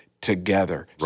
together